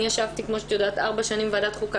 אני ישבתי כפי שאת יודעת ארבע שנים בוועדת חוקה,